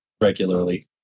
regularly